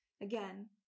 Again